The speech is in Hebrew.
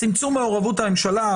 צמצום מעורבות הממשלה,